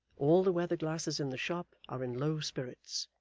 all the weatherglasses in the shop are in low spirits,